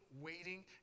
waiting